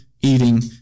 eating